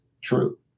true